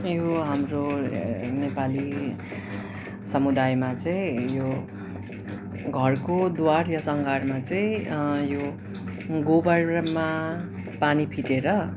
यो हाम्रो नेपाली समुदायमा चाहिँ यो घरको द्वार या सङ्घारमा चाहिँ यो गोबरमा पानी फिटेर